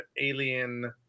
alien